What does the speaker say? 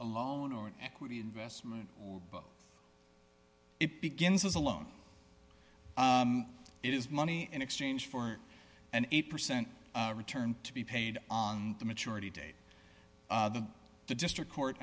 a loan or an equity investment or it begins as a loan is money in exchange for an eight percent return to be paid on the maturity date the the district court